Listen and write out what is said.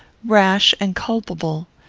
rash and culpable.